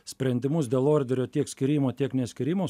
sprendimus dėl orderio tiek skyrimo tiek neskyrimo